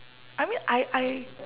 I mean I I